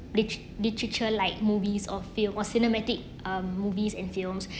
lit~ literature like movies or field on cinematic um movies and films